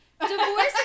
divorce